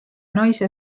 naise